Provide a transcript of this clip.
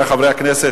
חברי חברי הכנסת,